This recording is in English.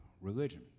religion